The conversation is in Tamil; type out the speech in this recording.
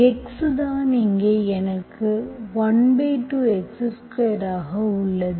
x தான் இங்கே எனக்கு 12 x2 ஆக உள்ளது